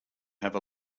have